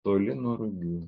toli nuo rugių